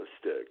stick